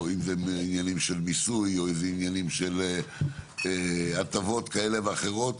אם זה עניינים של מיסוי או עניינים של הטבות כאלה ואחרות.